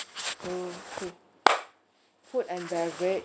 two three food and beverage